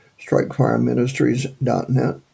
strikefireministries.net